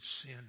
sin